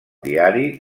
diari